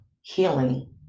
healing